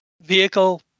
vehicle